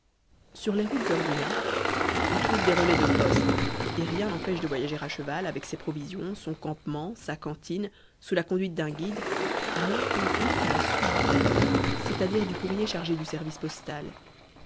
sur les routes ordinaires on trouve des relais de poste et rien n'empêche de voyager à cheval avec ses provisions son campement sa cantine sous la conduite d'un guide à moins qu'on ne se mette à la suite du tatar c'est-à-dire du courrier chargé du service postal